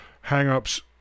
hang-ups